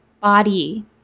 body